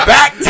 back